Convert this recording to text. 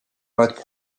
both